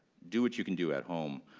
do what you can do at home.